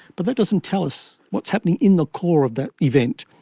but that doesn't tell us what's happening in the core of that event.